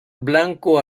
blanco